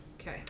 Okay